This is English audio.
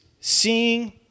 seeing